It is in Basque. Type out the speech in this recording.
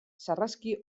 sarraski